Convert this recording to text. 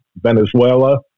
Venezuela